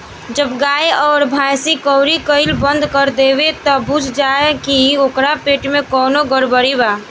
जब गाय अउर भइस कउरी कईल बंद कर देवे त बुझ जा की ओकरा पेट में कवनो गड़बड़ी बा